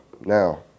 Now